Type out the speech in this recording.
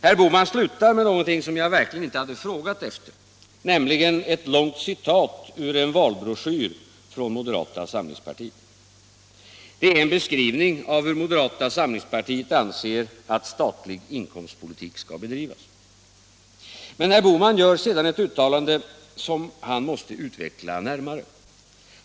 Herr Bohman slutar med någonting som jag verkligen inte hade frågat efter, nämligen ett långt citat ur en valbroschyr från moderata samlings partiet. Det är en beskrivning av hur moderata samlingspartiet anser att statlig inkomstpolitik skall bedrivas. Men herr Bohman gör sedan ett uttalande som han måste utveckla närmare.